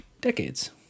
decades